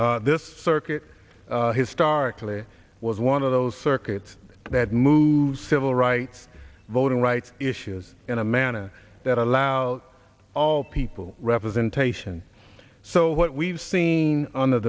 texas this circuit has starkly was one of those circuits that move civil rights voting rights issues in a manner that allow all people representation so what we've seen under